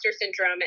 syndrome